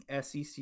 SEC